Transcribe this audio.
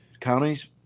counties